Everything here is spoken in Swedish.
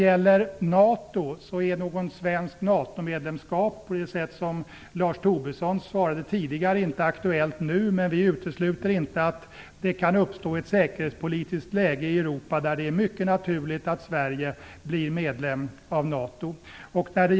Något svenskt NATO-medlemskap är, som Lars Tobisson tidigare svarade, inte aktuellt nu, men vi utesluter inte att det i Europa kan uppstå ett säkerhetspolitiskt läge där det är mycket naturligt att Sverige blir medlem av NATO.